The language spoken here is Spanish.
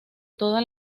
toda